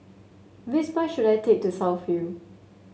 which bus should I take to South View